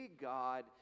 God